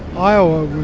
iowa